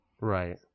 Right